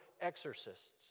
exorcists